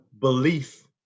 belief